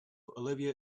olivia